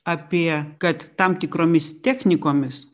apie kad tam tikromis technikomis